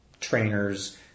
trainers